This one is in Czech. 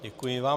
Děkuji vám.